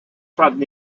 traten